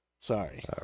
Sorry